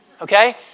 Okay